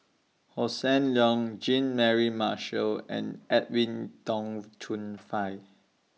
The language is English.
Hossan Leong Jean Mary Marshall and Edwin Tong Chun Fai